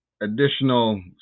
additional